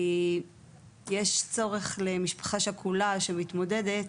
כי יש צורך למשפחה שכולה שמתמודדת,